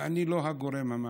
ואני לא הגורם המעניש.